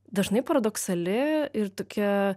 dažnai paradoksali ir tokia